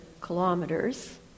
kilometers